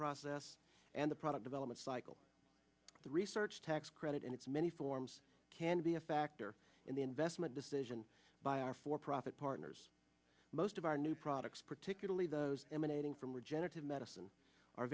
process and the product development cycle the research tax credit and its many forms can be a factor in the investment decision by our for profit partners most of our new products particularly those emanating from regenerative medicine are